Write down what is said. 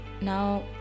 now